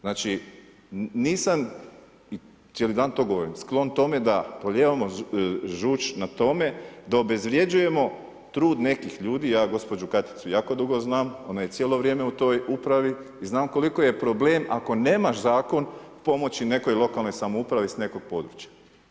Znači, nisam i cijeli dan to govorim, sklon tome, da polijevamo žuč na tome dok obezvrjeđujemo trud nekih ljudi, ja gospođu Katicu jako dugo znam, ona je cijelo vrijeme u toj upravi i znam koliko je problem ako nemaš zakon, pomoći nekoj lokalnoj samoupravi s nekog područja.